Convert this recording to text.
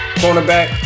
cornerback